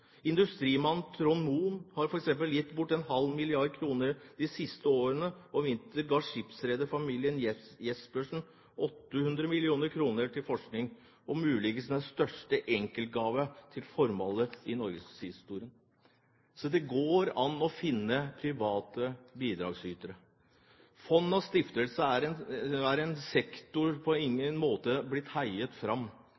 Trond Mohn har f.eks. gitt bort 1,5 mrd. kr. de siste årene, og i vinter ga skipsrederfamilien Jebsen 800 mill. kr til forskning – muligens den største enkeltgave til formålet i norgeshistorien. Så det går an å finne private bidragsytere. Fondene og stiftelsene er, som sektor, på